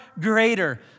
greater